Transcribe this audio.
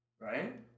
right